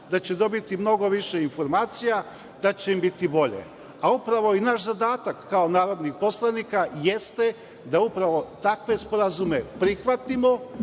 da će dobiti mnogo više informacija, da će im biti bolje. Upravo i naš zadatak, kao narodnih poslanika, jeste da upravo takve sporazume prihvatimo,